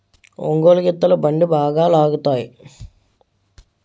ఒంగోలు గిత్తలు బండి బాగా లాగుతాయి